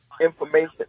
information